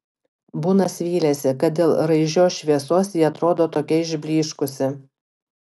bunas vylėsi kad dėl raižios šviesos ji atrodo tokia išblyškusi